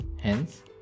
hence